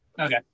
Okay